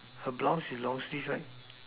her blouse is long sleeve right